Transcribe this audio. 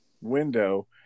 window